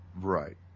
Right